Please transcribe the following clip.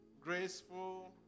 Graceful